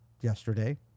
yesterday